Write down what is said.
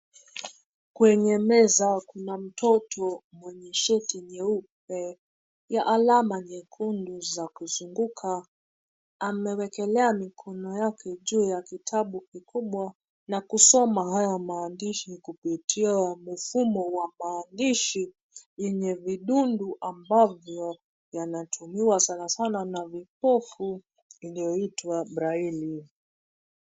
Kwenye meza kuna mtoto mwenye shati nyeupe ya alama nyekundu za kuzunguka. Amewekelea mikono yake juu ya kitabu kikubwa na kusoma haya maandishi kupitia mfumo wa maandishi yenye vidutu ambavyo yanatumiwa sana sana na vipofu iliyoitwa braille .